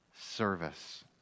service